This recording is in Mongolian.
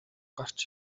гарч